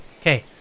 Okay